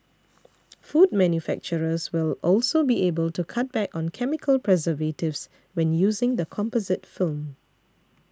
food manufacturers will also be able to cut back on chemical preservatives when using the composite film